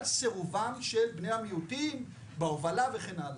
סירובם של בני המיעוטים בהובלה וכן הלאה.